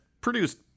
produced